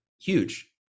huge